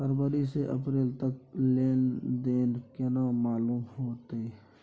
फरवरी से अप्रैल तक के लेन देन केना मालूम होते?